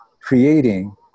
creating